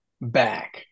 back